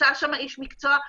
נמצא שם איש מקצוע,